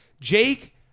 Jake